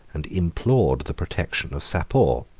and implored the protection of sapor.